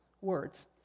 words